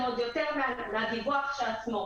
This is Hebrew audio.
הביטוח ייעשה אצל מבטח כהגדרתו בחוק הפיקוח על שירותים פיננסיים